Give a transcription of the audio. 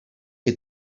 que